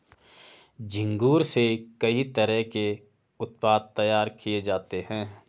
झींगुर से कई तरह के उत्पाद तैयार किये जाते है